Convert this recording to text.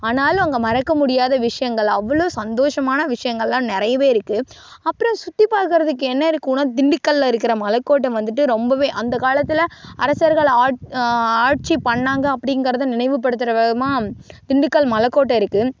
ஆனாலும் அங்கே மறக்க முடியாத விஷயங்கள் அவ்வளோ சந்தோஷமான விஷயங்கள்லாம் நிறையவே இருக்குது அப்புறோம் சுற்றி பார்க்கறதுக்கு என்ன இருக்குதுன்னா திண்டுக்கலில் இருக்கிற மலைக்கோட்ட வந்துட்டு ரொம்பவே அந்த காலத்தில் அரசர்கள் ஆட் ஆட்சி பண்ணாங்க அப்படிங்கறத நினைவுப்படுத்துகிற விதமாக திண்டுக்கல் மலைக்கோட்ட இருக்குது